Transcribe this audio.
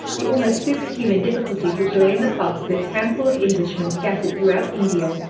the almost superhuman difficulties which lay in the path of this handful of englishmen scattered throughout india,